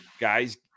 guys